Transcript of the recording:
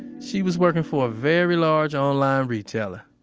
she was working for a very large online retailer.